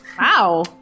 Wow